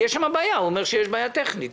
הוא אומר שיש בעיה טכנית,